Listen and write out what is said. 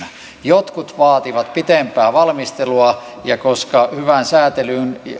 jotkut vaativat pitempää valmistelua ja koska hyvään säätelyyn